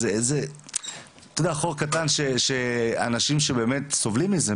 איזה חור קטן שאנשים שבאמת סובלים מזה,